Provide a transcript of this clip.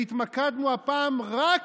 והתמקדנו הפעם רק